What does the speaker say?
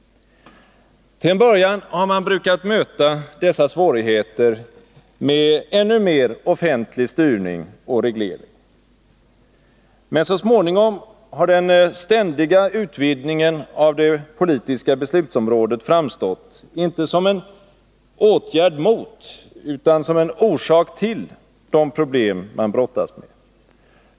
Till en början har man brukat möta dessa svårigheter med ännu mer offentlig styrning och reglering. Men så småningom har den ständiga utvidgningen av det politiska beslutsområdet framstått inte som åtgärd mot utan som en orsak till de problem man brottas med.